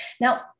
Now